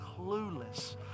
clueless